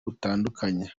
butandukanye